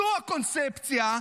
זו הקונספציה.